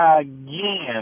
again